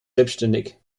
selbständig